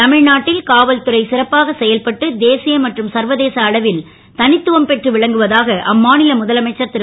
தமி நாட்டில் காவல்துறை சிறப்பாக செயல்பட்டு தேசிய மற்றும் சர்வதேச அளவில் த த்துவம் பெற்று விளங்குவதாக அம்மா ல முதலமைச்சர் ரு